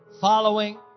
following